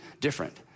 different